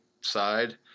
side